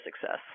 success